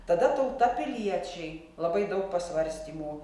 tada tauta piliečiai labai daug pasvarstymų